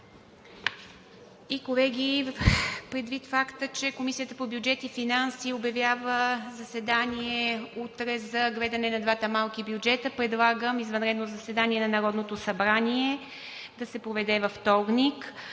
Колеги, предвид факта, че Комисията по бюджет и финанси обявява заседание утре за гледане на двата малки бюджета, предлагам извънредно заседание на Народното събрание да се проведе във вторник.